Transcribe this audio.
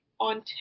on